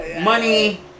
Money